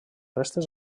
restes